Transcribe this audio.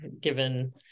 given